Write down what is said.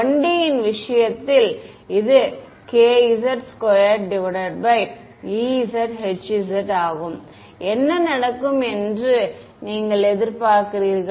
1D இன் விஷயத்தில் இது kz2ezhz ஆகும் என்ன நடக்கும் என்று நீங்கள் எதிர்பார்க்கிறீர்கள்